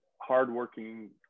hardworking